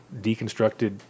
deconstructed